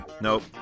Nope